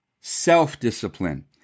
self-discipline